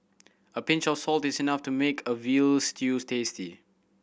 a pinch of salt is enough to make a veal stew tasty